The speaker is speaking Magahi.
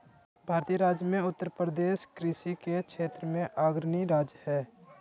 भारतीय राज्य मे उत्तरप्रदेश कृषि के क्षेत्र मे अग्रणी राज्य हय